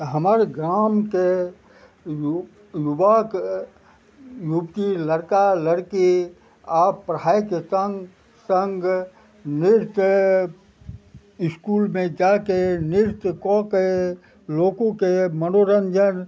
हमर ग्रामके युवक युवती लड़का लड़की आओर पढ़ाइके सङ्ग सङ्ग नृत्य इसकुलमे जाके नृत्य कऽके लोकोके मनोरञ्जन